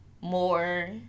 more